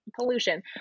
pollution